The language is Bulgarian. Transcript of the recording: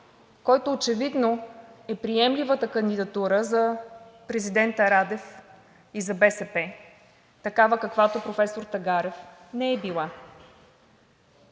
който очевидно е приемливата кандидатура за президента Радев и за БСП – такава, каквато професор Тагарев не е била,